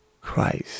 christ